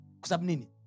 Kusabnini